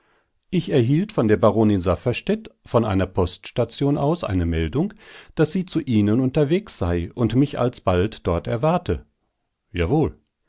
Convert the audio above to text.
ich erhielt von der baronin safferstätt von einer poststation aus eine meldung daß sie zu ihnen unterwegs sei und mich alsbald dort erwarte jawohl